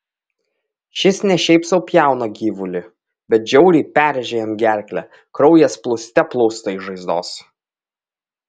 šis ne šiaip sau pjauna gyvulį bet žiauriai perrėžia jam gerklę kraujas plūste plūsta iš žaizdos